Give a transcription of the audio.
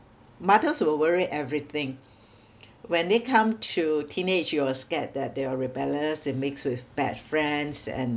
mothers will worry everything when they come to teenage you will scared that they are rebellious they mix with bad friends and